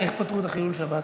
איך פותרים את חילול שבת?